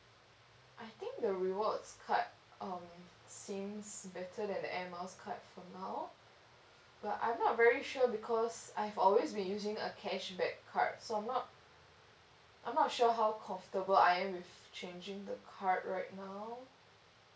I think the rewards card um seems better than the air miles card for now but I'm not very sure because I've always been using a cashback card so I'm not I'm not sure how comfortable I am with changing the card right now